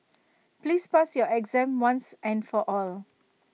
please pass your exam once and for all